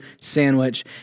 sandwich